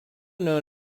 known